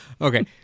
Okay